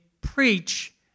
preach